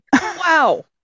wow